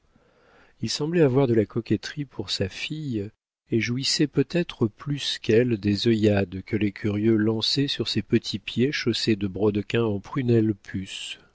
il semblait avoir de la coquetterie pour sa fille et jouissait peut-être plus qu'elle des œillades que les curieux lançaient sur ses petits pieds chaussés de brodequins en prunelle puce